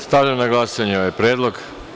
Stavljam na glasanje ovaj predlog.